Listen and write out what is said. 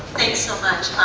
thanks so much